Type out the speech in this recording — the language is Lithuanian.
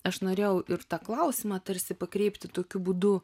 aš norėjau ir tą klausimą tarsi pakreipti tokiu būdu